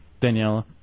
Daniela